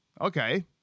Okay